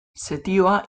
setioa